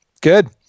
Good